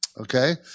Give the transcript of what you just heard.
Okay